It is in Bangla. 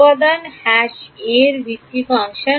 উপাদান a এর ভিত্তি ফাংশন